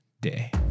day